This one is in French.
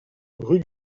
rue